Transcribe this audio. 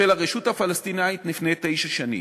של הרשות הפלסטינית, לפני תשע שנים.